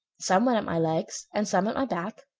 some went at my legs and some at my back,